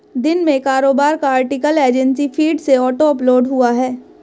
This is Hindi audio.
दिन में कारोबार का आर्टिकल एजेंसी फीड से ऑटो अपलोड हुआ है